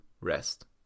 rest